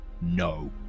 No